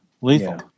Lethal